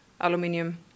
aluminium